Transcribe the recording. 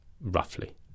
roughly